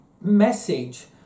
message